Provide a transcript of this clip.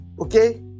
okay